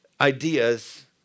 ideas